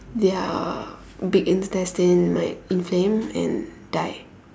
their big intestine might inflame and die